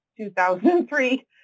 2003